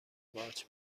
قارچ